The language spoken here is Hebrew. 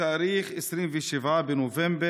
בתאריך 27 בנובמבר,